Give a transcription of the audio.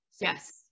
Yes